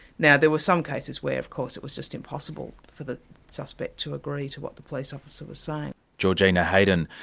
now there were some cases where of course it was just impossible for the suspect to agree to what the police officer was saying. georgina heydon,